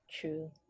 True